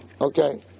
Okay